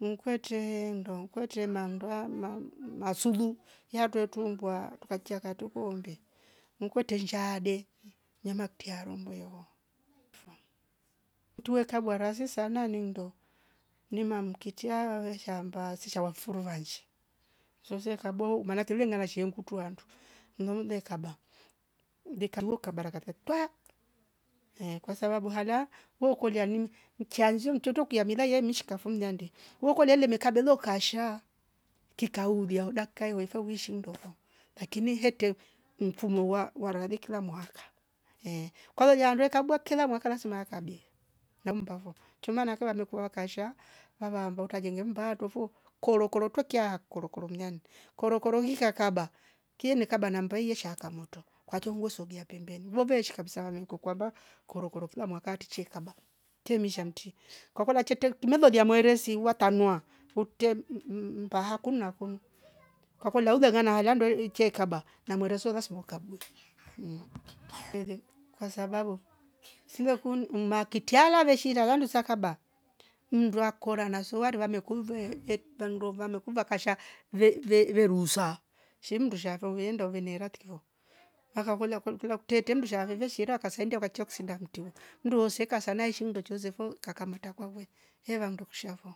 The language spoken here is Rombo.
mkwete ndo kwete nadoa na mm nasulu yatotumba tukatie katuku umbe. mkwete nshaabe namaktia rombo yovo foo. tuwe kagua razi sana nyundo mima mkichaa shamba sicha wafuruvaji souse kabo manatingle ngala shentukuandu mloule kaba. dekaboka baraka katate kaa ehh kwasababu hala weukolia ni mchanjie mtoto kiamila yemshika fum nyande weokolele mikadoloka sha kikaulia dakka iyofou vishindwa lakini hete mfumo wa wa rabe kila mwaka ehh kwauya jandwe kabwa kila mwaka lazima akabe nambavo. kama nakua wamekua wakasha mamambo utajenga mbatovo kolokolo tokia kolokolo mnyani kolokolo hikia kaba kieni kaba nambahia chakamoto kwa tumvo sogea pembeni voveshi kabisa amenkokwaba korokoro kila mwakati che kaba temi shanti. kwakola tiete kimoza lia mweresi watanua ukte mbahakunwa kwa kakolauja gana haliando iiche kaba na mweresola smo kabwe vili kwasababu sidekun mmakitiala veshi nagadu sakaba mdua korwa na sowari wamekumve eee vendo vamekuva kasha ve- ve- verusa shimdu shafo viende venera tikiho wakakolya kul- kulwa kuteta mndu shave veshira wakasandia wakachauksi sinda mtivio ndo seka sana ishindo choose fuu kakamata kwawe era ndo kushavo.